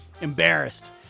embarrassed